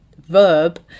verb